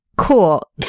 Cool